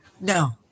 No